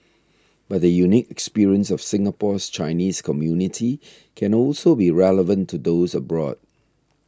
but the unique experience of Singapore's Chinese community can also be relevant to those abroad